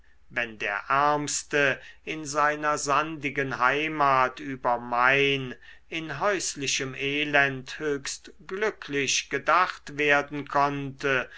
wenn der ärmste in seiner sandigen heimat über main in häuslichem elend höchst glücklich gedacht werden konnte